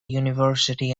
university